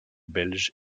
belges